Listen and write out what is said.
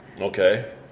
Okay